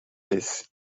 this